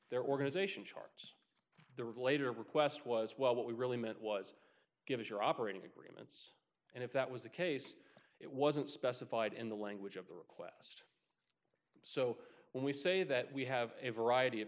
their organization charges the regulator request was well what we really meant was give us your operating agreement and if that was the case it wasn't specified in the language of the request so when we say that we have a variety of